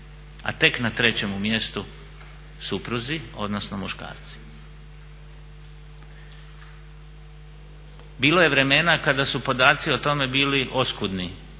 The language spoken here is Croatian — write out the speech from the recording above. a tek na trećem mjestu supruzi, odnosno muškarci. Bilo je vremena kada su podaci o tome bili oskudni